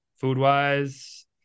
food-wise